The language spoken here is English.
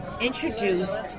introduced